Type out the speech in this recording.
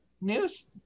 news